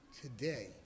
today